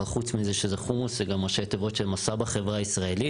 אבל חוץ מזה שזה חומוס - זה ראשי תיבות של 'מסע בחברה הישראלית'.